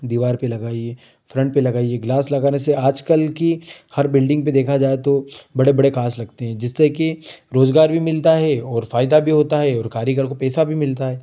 दीवार पर लगाइए फ्रंट पर लगाइए ग्लास लगाने से आजकल की हर बिल्डिंग पर देखा जाए तो बड़े बड़े काँच लगते हैं जिससे कि रोजगार भी मिलता है और फायदा भी होता है और कारीगर को पैसा भी मिलता है